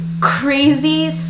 crazy